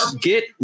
get